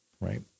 right